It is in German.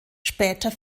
später